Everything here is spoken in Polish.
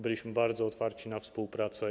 Byliśmy bardzo otwarci na współpracę.